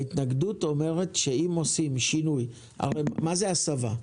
ההתנגדות אומרת שאם עושים שינוי הרי מה זאת הסבה?